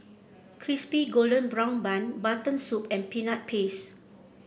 Crispy Golden Brown Bun Mutton Soup and Peanut Paste